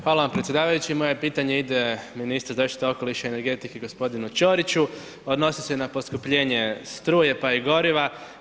Hvala vam predsjedavajući, moje pitanje ide ministru zaštite okoliša i energetike g. Ćoriću, odnosi se na poskupljenje struje, pa i goriva.